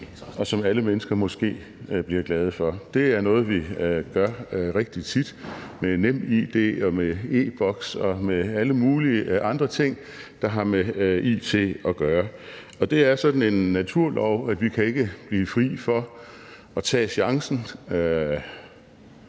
og som alle mennesker måske bliver glade for. Det er noget, vi gør rigtig tit med NemID og med e-Boks og med alle mulige andre ting, der har med it at gøre. Det er sådan en naturlov, at vi ikke kan blive fri for at tage chancen